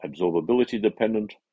absorbability-dependent